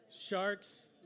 Sharks